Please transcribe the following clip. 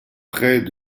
près